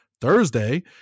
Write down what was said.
Thursday